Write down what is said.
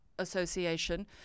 Association